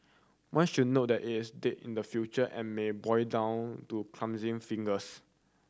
one should note that it is date in the future and may boil down to clumsy fingers